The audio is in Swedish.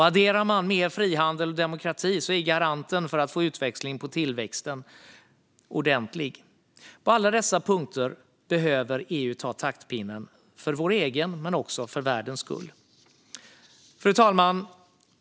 Med mer frihandel och demokrati är garanten för att få utväxling på tillväxten stor. På alla dessa punkter behöver EU ta taktpinnen, för vår egen men också för världens skull. Fru talman!